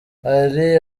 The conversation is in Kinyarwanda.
hari